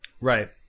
Right